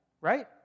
right